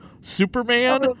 Superman